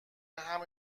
همین